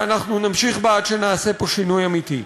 ואנחנו נמשיך בה עד שנעשה פה שינוי אמיתי.